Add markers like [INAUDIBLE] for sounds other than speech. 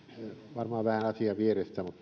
varmaan vähän asian vierestä mutta [UNINTELLIGIBLE]